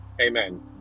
amen